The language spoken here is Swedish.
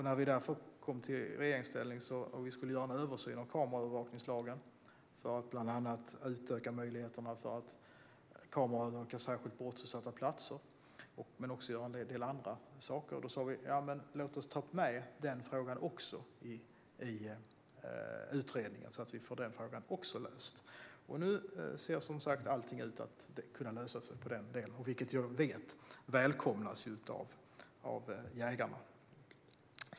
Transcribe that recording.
När vi sedan kom i regeringsställning och skulle göra en översyn av kameraövervakningslagen för att bland annat utöka möjligheterna att kameraövervaka särskilt brottsutsatta platser och en del andra saker sa vi att vi borde ta med även denna fråga i utredningen så att den får en lösning. Nu ser allt ut att kunna lösas vad gäller detta, och jag vet att detta välkomnas av jägarna.